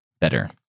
better